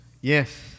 Yes